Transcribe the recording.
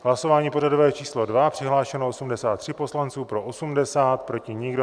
V hlasování pořadové číslo 2 přihlášeno 83 poslanců, pro 80, proti nikdo.